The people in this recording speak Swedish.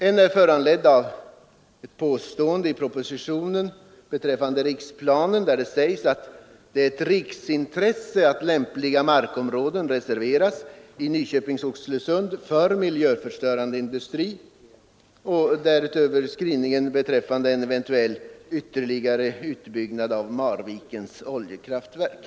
En är föranledd av ett påstående i propositionen beträffande riksplaneringen, att det är ett riksintresse att lämpliga markområden reserveras i Nyköping-Oxelösund för miljöstörande industrier, samt av skrivningen beträffande en eventuell ytterligare utbyggnad av Marvikens oljekraft 19 verk.